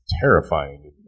terrifying